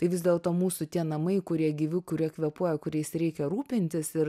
tai vis dėlto mūsų tie namai kurie gyvi kurie kvėpuoja kuriais reikia rūpintis ir